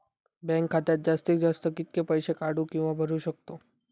Bank खात्यात जास्तीत जास्त कितके पैसे काढू किव्हा भरू शकतो?